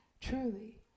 Truly